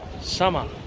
summer